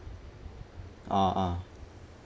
ah ah